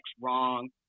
wrong